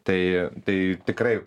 tai tai tikrai